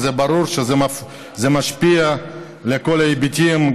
וזה ברור שזה משפיע על כל ההיבטים,